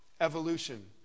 evolution